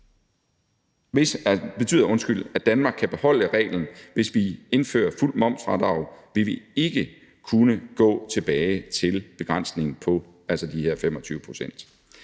betyder, at Danmark kan beholde reglen. Hvis vi indfører fuldt momsfradrag, vil vi ikke kunne gå tilbage til begrænsningen på de her 25 pct.